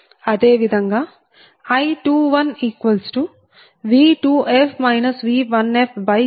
అదే విధంగా I21V2f V1fj0